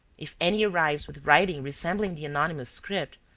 if any arrives with writing resembling the anonymous script,